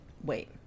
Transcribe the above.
Wait